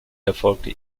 erfolgte